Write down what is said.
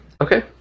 Okay